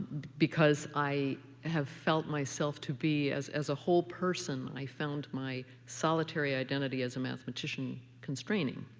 because i have felt myself to be as as a whole person, i found my solitary identity as a mathematician constraining.